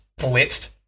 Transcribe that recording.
blitzed